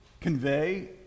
convey